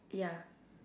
ya